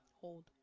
Hold